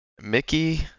Mickey